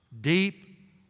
deep